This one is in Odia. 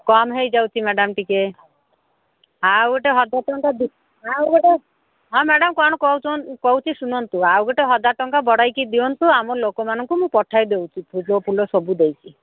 କମ୍ ହେଇ ଯାଉଛି ମ୍ୟାଡ଼ାମ୍ ଟିକିଏ ଆଉ ଗୋଟେ ହଜାର ଟଙ୍କା ଆଉ ଗୋଟେ ହଁ ମ୍ୟାଡ଼ାମ୍ କ'ଣ କହୁଛ କହୁଛି ଶୁଣନ୍ତୁ ଆଉ ଗୋଟେ ହଜାର ଟଙ୍କା ବଢ଼େଇକି ଦିଅନ୍ତୁ ଆମ ଲୋକମାନଙ୍କୁ ମୁଁ ପଠାଇ ଦେଉଛି ଫୁଲ ଫୁଲ ସବୁ ଦେଇକି